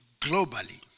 globally